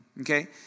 okay